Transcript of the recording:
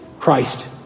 Christ